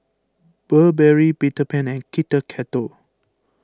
Burberry Peter Pan and Kit Kat